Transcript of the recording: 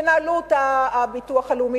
ינהלו אותה הביטוח הלאומי,